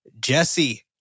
Jesse